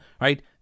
right